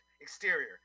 Exterior